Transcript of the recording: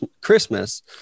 Christmas